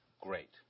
Great